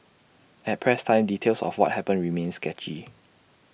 at press time details of what happened remained sketchy